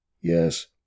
Yes